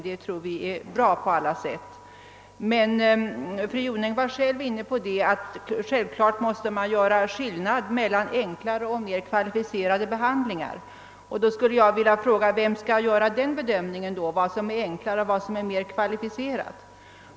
åa Fru Jonäng var själv inne på tanken att man trots allt måste göra en skillnad mellan enklare och mera kvalificerad behandling. Jag skulle då vilja fråga vem som skall bedöma vad som är enkelt och .vad som är mera kvalifi cerat.